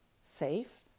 safe